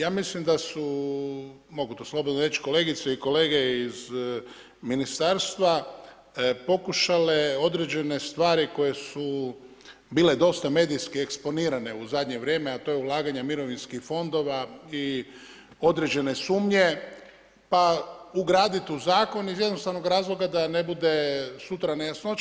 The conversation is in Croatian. Ja mislim da su, mogu to slobodno reći kolegice i kolege iz ministarstva pokušale određene stvari koje su bile dosta medijski eksponirane u zadnje vrijeme, a to je ulaganje mirovinskih fondova i određene sumnje, pa ugradit u zakon iz jednostavnog razloga da ne bude sutra nejasnoća.